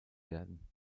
werden